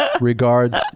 Regards